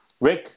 Rick